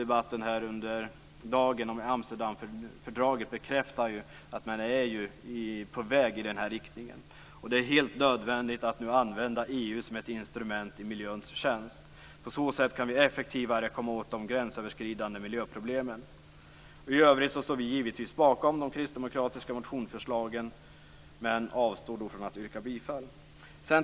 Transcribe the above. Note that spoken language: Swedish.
Dagens debatt om Amsterdamfördraget bekräftar att man är på väg i denna riktning. Det är helt nödvändigt att nu använda EU som ett instrument i miljöns tjänst. I övrigt står vi givetvis bakom de kristdemokratiska motionsförslagen men avstår från att yrka bifall till dem.